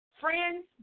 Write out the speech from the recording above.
Friends